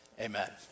amen